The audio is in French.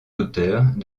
auteurs